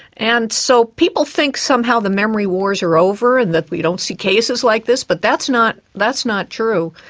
and so people think somehow the memory wars are over and that we don't see cases like this, but that's not that's not true.